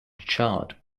chart